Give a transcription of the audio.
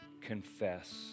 confess